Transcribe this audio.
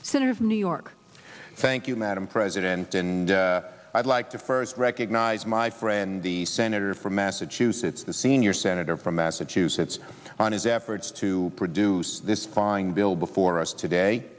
from new york thank you madam president and i'd like to first recognize my friend the senator from massachusetts the senior senator from massachusetts on his efforts to produce this fine bill before us today